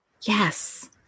Yes